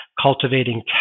cultivating